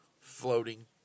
floating